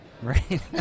Right